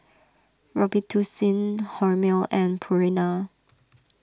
Robitussin Hormel and Purina